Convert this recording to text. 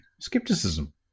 skepticism